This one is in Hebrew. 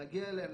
להגיע אליהם,